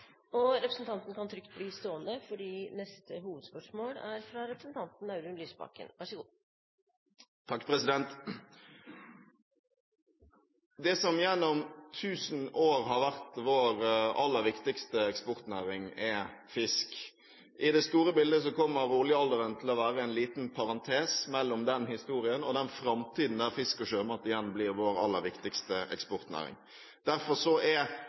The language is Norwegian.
neste hovedspørsmål. Det som gjennom tusen år har vært vår aller viktigste eksportnæring, er fisk. I det store bildet kommer oljealderen til å være en liten parentes mellom den historien og den framtiden der fisk og sjømat igjen blir vår aller viktigste eksportnæring. Så hvordan vi forvalter dette evige gullet i havet, og hvem som har eierskap til disse ressursene, er